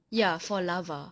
ya for larva